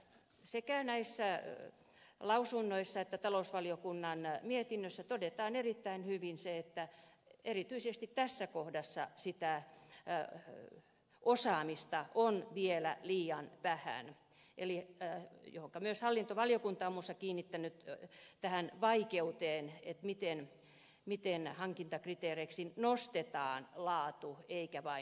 sekä näissä lausunnoissa että talousvaliokunnan mietinnössä todetaan erittäin hyvin se että erityisesti tässä kohdassa sitä osaamista on vielä liian vähän johonka myös hallintovaliokunta on muun muassa kiinnittänyt huomiota tähän vaikeuteen miten hankintakriteeriksi nostetaan laatu eikä vain hinta